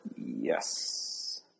Yes